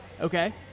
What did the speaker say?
okay